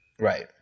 right